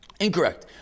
Incorrect